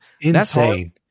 Insane